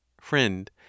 FRIEND